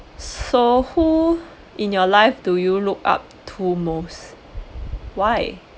so who in your life do you look up to most why